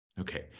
Okay